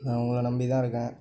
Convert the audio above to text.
நான் உங்களை நம்பித்தான் இருக்கேன்